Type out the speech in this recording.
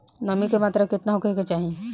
नमी के मात्रा केतना होखे के चाही?